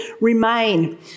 remain